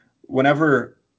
whenever